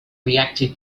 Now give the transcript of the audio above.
reacted